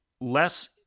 less